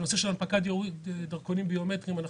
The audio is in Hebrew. בנושא של הנפקת דרכונים ביומטריים,